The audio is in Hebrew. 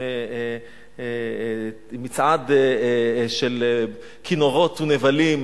עם מצעד של כינורות ונבלים,